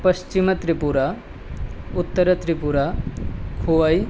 पश्चिमत्रिपुरा उत्तरत्रिपुरा खुवै